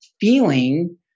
feeling